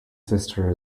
sister